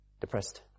depressed